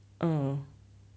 uh